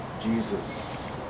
Jesus